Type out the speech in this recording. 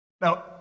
Now